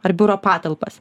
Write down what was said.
ar biuro patalpas